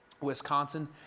Wisconsin